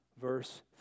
verse